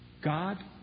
God